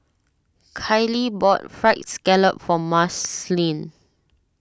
Kylee bought Fried Scallop for Marceline